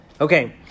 Okay